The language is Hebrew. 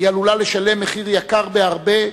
היא עלולה לשלם מחיר יקר בהרבה,